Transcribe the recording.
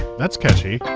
that's catchy!